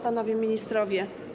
Panowie Ministrowie!